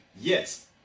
Yes